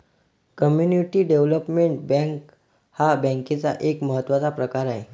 community development bank हा बँकेचा एक महत्त्वाचा प्रकार आहे